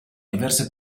diverse